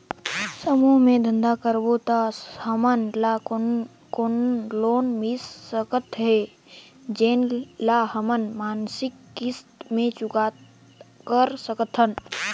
समूह मे धंधा करबो त हमन ल कौन लोन मिल सकत हे, जेन ल हमन मासिक किस्त मे चुकता कर सकथन?